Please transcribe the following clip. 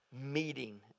meeting